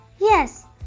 Yes